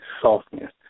softness